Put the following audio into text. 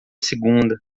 segunda